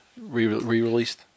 re-released